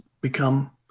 become